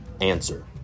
answer